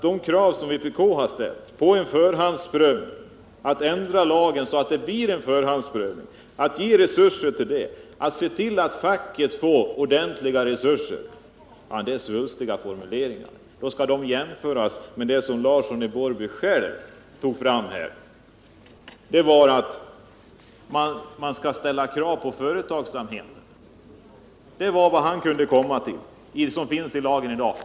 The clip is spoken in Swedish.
De krav vpk ställt på att ändra lagen så att en förhandsprövning kan bli möjlig, att se till att facket får ordentliga resurser till detta, kallas svulstiga formuleringar. De skall jämföras med det Einar Larsson själv tog fram, nämligen att krav skall ställas på företagsamheten. Det var vad han kunde komma fram till att det står i lagen i dag.